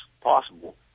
possible